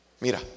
Mira